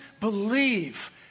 believe